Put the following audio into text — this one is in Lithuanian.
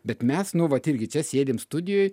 bet mes nu vat irgi čia sėdim studijoj